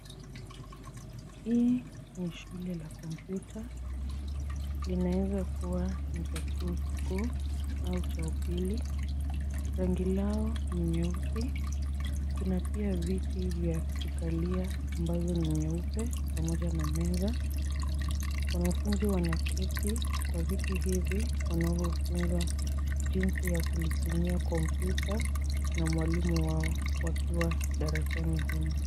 Hii ni shule la kompyuta linaweza kuwa ni cha chuo kikuu au cha upili. Rangi lao ni nyeusi, kuna pia viti vya kukalia ambavyo ni nyeupe pamoja na meza. Wanafunzi wanaketi kwa viti hivi wanavyofunzwa jinsi ya kulitumia kompyuta na mwalimu wao wakiwa darasani humu.